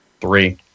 three